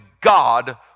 God